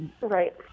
Right